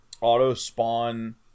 auto-spawn